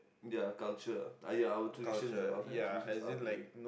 their culture ah ah ya our traditions ah our family traditions are pretty